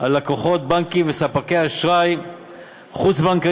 על לקוחות בנקים וספקי אשראי חוץ-בנקאי